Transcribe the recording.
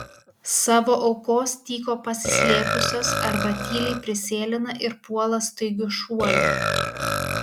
savo aukos tyko pasislėpusios arba tyliai prisėlina ir puola staigiu šuoliu